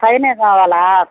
పైనే కావాలి